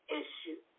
issue